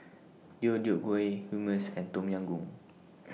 Deodeok Gui Hummus and Tom Yam Goong